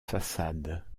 façade